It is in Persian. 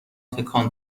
تکان